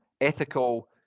ethical